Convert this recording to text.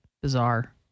bizarre